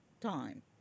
time